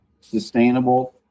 sustainable